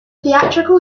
theatrical